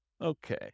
Okay